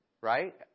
right